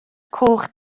coch